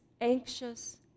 anxious